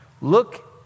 Look